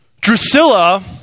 Drusilla